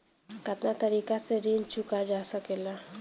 कातना तरीके से ऋण चुका जा सेकला?